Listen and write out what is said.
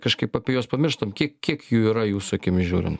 kažkaip apie juos pamirštam kiek kiek jų yra jūsų akimis žiūrint